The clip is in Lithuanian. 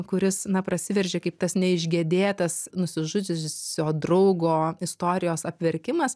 kuris na prasiveržė kaip tas neišgedėtas nusižudžiusio draugo istorijos apverkimas